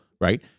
right